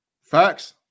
Facts